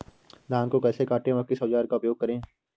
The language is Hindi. धान को कैसे काटे व किस औजार का उपयोग करें?